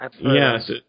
Yes